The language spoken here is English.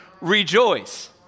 Rejoice